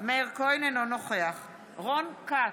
אינו נוכח רון כץ,